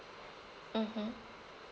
mmhmm